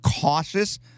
cautious